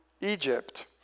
Egypt